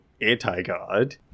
anti-god